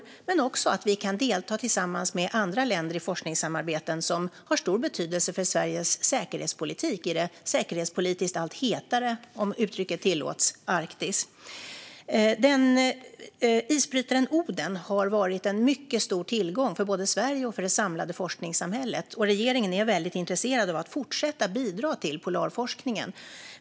Vi kan också delta i forskningssamarbeten tillsammans med andra länder, vilket har stor betydelse för Sveriges säkerhetspolitik i det säkerhetspolitiskt allt hetare - om uttrycket tillåts - Arktis. Isbrytaren Oden har varit en mycket stor tillgång för både Sverige och det samlade forskningssamhället, och regeringen är väldigt intresserad av att fortsätta bidra till polarforskningen.